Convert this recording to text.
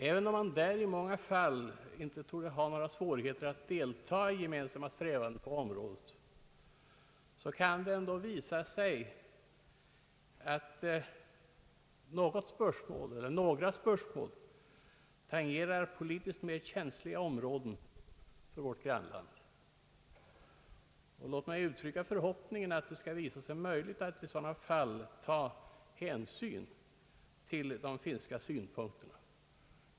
även om man i Finland i många fall inte torde ha några svårigheter att delta i gemensamma strävanden på området, kan det visa sig att något eller några spörsmål tangerar politiskt mer känsliga områden för vårt grannland. Låt mig uttrycka förhoppningen att det skall visa sig möjligt att i sådana fall ta hänsyn till de finska synpunkterna.